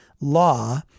law